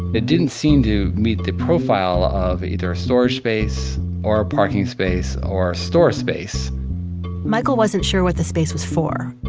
it didn't seem to meet the profile of either a storage space or a parking space or a store space michael wasn't sure what the space was for.